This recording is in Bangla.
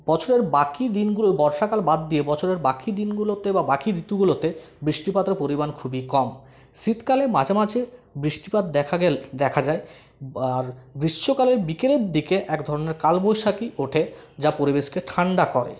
বছরের বাকি দিনগুলো বর্ষাকাল বাদ দিয়ে বছরের বাকি দিনগুলোতে বা বাকি ঋতুগুলোতে বৃষ্টিপাতের পরিমাণ খুবই কম শীতকালে মাঝে মাঝে বৃষ্টিপাত দেখা গেলে দেখা যায় আর গ্রীষ্মকালের বিকেলের দিকে একধরনের কালবৈশাখী ওঠে যা পরিবেশকে ঠান্ডা করে